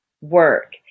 work